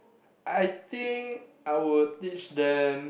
I think I would teach them